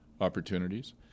opportunities